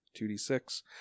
2d6